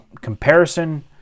comparison